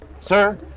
Sir